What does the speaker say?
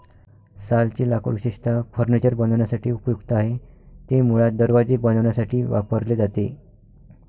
सालचे लाकूड विशेषतः फर्निचर बनवण्यासाठी उपयुक्त आहे, ते मुळात दरवाजे बनवण्यासाठी वापरले जाते